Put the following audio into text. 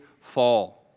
fall